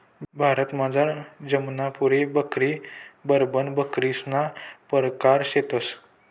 भारतमझार जमनापुरी बकरी, बार्बर बकरीसना परकार शेतंस